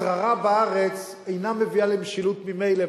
השררה בארץ אינה מביאה למשילות ממילא,